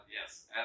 Yes